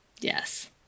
Yes